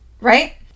right